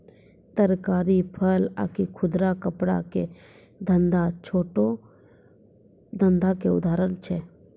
तरकारी, फल आकि खुदरा कपड़ा के धंधा छोटो धंधा के उदाहरण छै